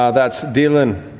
um that's deilin,